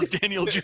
Daniel